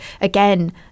again